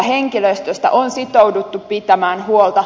henkilöstöstä on sitouduttu pitämään huolta